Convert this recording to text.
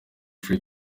free